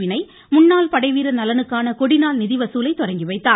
வினய் முன்னாள் படைவீரர் நலனுக்கான கொடிநாள் நிதி வசூலை தொடங்கி வைத்தார்